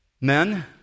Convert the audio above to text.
Men